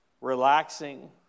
relaxing